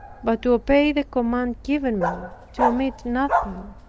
but to obey the command given me to omit nothing.